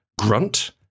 grunt